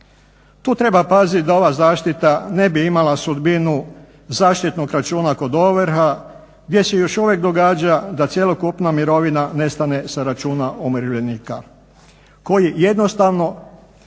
Tu treba pazit da ova zaštita ne bi imala sudbinu zaštitnog računa kod ovrha gdje se još uvijek događa da cjelokupna mirovina nestane sa računa umirovljenika koji jednostavno